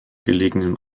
gelegenen